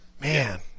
man